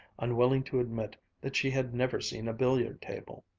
unwilling to admit that she had never seen a billiard table.